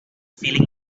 feeling